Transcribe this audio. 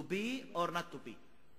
to be or not to be.